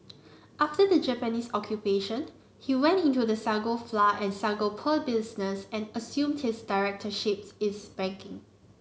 after the Japanese Occupation he went into the sago flour and sago pearl business and assumed his directorships is in banking